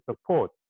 support